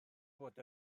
bod